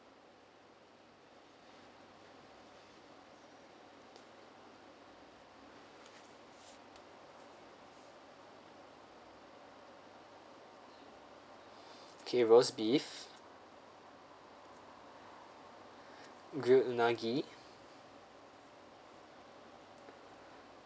okay roasted beef grilled unagi